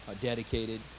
dedicated